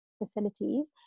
Facilities